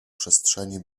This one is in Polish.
przestrzeni